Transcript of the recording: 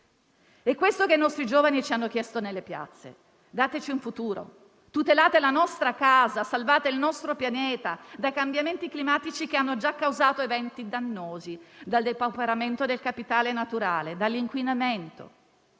È questo che i nostri giovani ci hanno chiesto nelle piazze: dateci un futuro, tutelate la nostra casa, salvate il nostro pianeta dai cambiamenti climatici che hanno già causato eventi dannosi, dal depauperamento del capitale naturale e dall'inquinamento.